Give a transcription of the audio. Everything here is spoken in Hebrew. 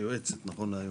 היועצת נכון להיום.